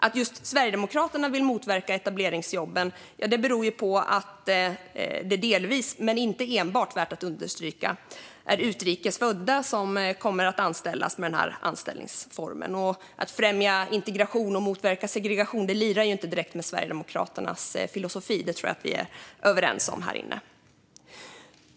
Att just Sverigedemokraterna vill motverka etableringsjobben beror på att det delvis - inte enbart, är det värt att understryka - är utrikes födda som kommer att anställas med den anställningsformen. Att främja integration och motverka segregation lirar ju inte direkt med Sverigedemokraternas filosofi; det tror jag att vi här inne är överens om.